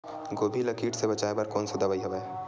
गोभी ल कीट ले बचाय बर कोन सा दवाई हवे?